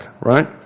right